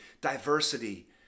diversity